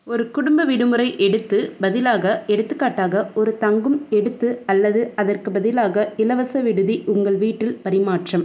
ஒரு குடும்ப விடுமுறை எடுத்து பதிலாக எடுத்துக்காட்டாக ஒரு தங்கும் எடுத்து அல்லது அதற்கு பதிலாக இலவச விடுதி உங்கள் வீட்டில் பரிமாற்றம்